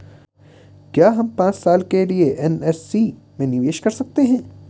क्या हम पांच साल के लिए एन.एस.सी में निवेश कर सकते हैं?